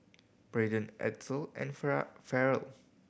Braydon Edsel and Farrell